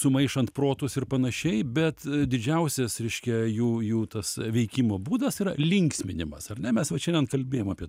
sumaišant protus ir panašiai bet didžiausias reiškia jų jų tas veikimo būdas yra linksminimas ar ne mes va šiandien kalbėjom apie